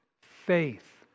faith